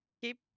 Keep